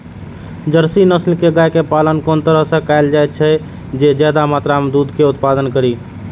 Jersey नस्ल के गाय के पालन कोन तरह कायल जाय जे ज्यादा मात्रा में दूध के उत्पादन करी?